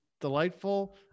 delightful